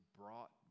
brought